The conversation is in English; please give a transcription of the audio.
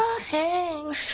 hang